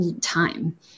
time